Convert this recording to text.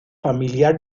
familiar